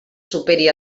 superi